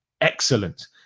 excellent